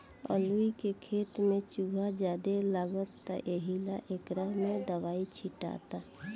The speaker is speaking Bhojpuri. अलूइ के खेत में चूहा ज्यादे लगता एहिला एकरा में दवाई छीटाता